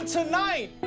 tonight